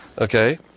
Okay